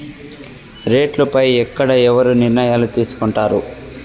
రేట్లు పై ఎక్కడ ఎవరు నిర్ణయాలు తీసుకొంటారు?